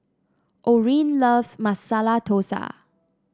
Orin loves Masala Dosa